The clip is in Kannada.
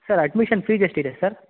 ಸರ್ ಅಡ್ಮಿಷನ್ ಫೀಸ್ ಎಷ್ಟಿದೆ ಸರ್